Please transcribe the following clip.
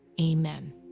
amen